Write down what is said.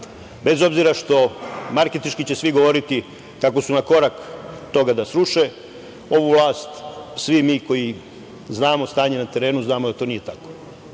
obzira što marketinški će svi govoriti kako su na korak do toga da sruše ovu vlast. Svi mi koji znamo stanje na terenu znamo da to nije tako.